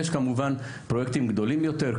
יש כמובן פרויקטים גדולים יותר,